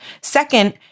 Second